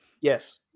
Yes